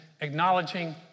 acknowledging